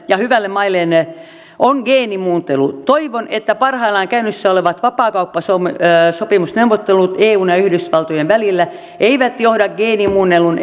ja hyvälle maineelle on geenimuuntelu toivon että parhaillaan käynnissä olevat vapaakauppasopimusneuvottelut eun ja yhdysvaltojen välillä eivät johda geenimuunneltujen